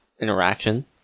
interaction